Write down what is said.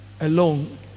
alone